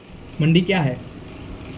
मंडी क्या हैं?